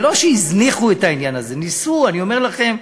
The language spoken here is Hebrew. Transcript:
ולא שהזניחו את העניין הזה, ניסו, אני אומר לכם.